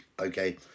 okay